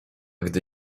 gdy